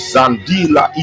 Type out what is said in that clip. Zandila